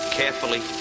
carefully